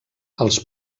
els